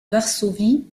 varsovie